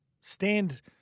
stand